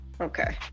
okay